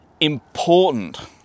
important